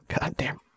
goddamn